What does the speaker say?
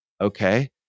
Okay